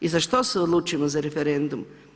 I zašto se odlučimo za referendum?